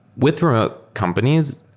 with remote companies,